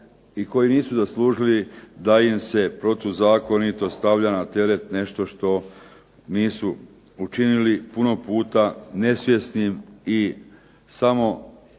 i koji nisu zaslužili da im se protuzakonito stavlja na teret nešto što nisu učinili, puno puta nesvjesnim i samo inicijativnim